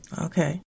Okay